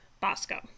Bosco